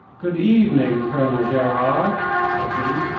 good evening, colonel gerard, said he.